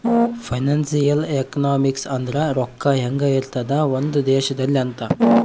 financial economics ಅಂದ್ರ ರೊಕ್ಕ ಹೆಂಗ ಇರ್ತದ ಒಂದ್ ದೇಶದಲ್ಲಿ ಅಂತ